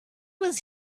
was